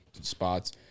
spots